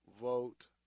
vote